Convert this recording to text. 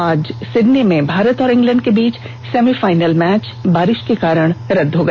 आज सिडनी में भारत और इंग्लैंड के बीच सेमीफाइनल मैच बारिश के कारण रद्द हो गया